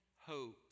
hope